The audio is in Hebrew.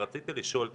אבל רציתי לשאול,